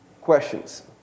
Questions